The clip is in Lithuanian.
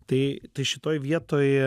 tai tai šitoj vietoj